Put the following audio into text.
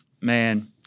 Man